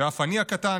ואף אני הקטן,